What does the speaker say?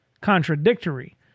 contradictory